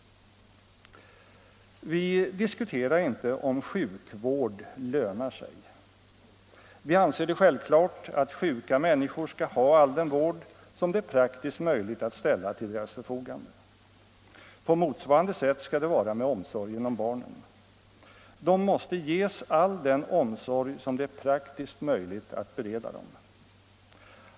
Vi diskuterar inte om sjukvård lönar sig. Vi anser det självklart att sjuka människor skall ha all den vård som det är praktiskt möjligt att ställa till deras förfogande. På motsvarande sätt skall det vara med omsorgen om barnen. De måste ges all den omsorg som det är praktiskt möjligt att bereda dem.